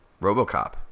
RoboCop